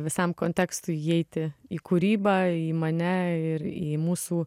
visam kontekstui įeiti į kūrybą į mane ir į mūsų